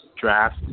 draft